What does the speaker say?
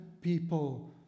people